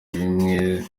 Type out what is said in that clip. zimwe